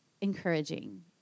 encouraging